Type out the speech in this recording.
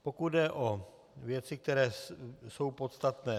Pokud jde o věci, které jsou podstatné.